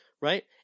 right